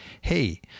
hey